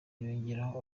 yongeraho